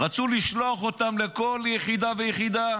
ורצו לשלוח אותן לכל יחידה ויחידה.